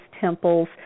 temples